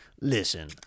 Listen